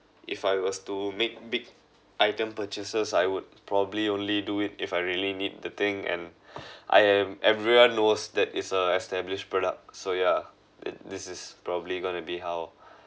if I was to make big item purchases I would probably only do it if I really need the thing and I am everyone knows that it's an established product so yeah thi~ this is probably going to be how